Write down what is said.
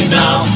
now